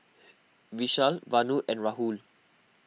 Vishal Vanu and Rahul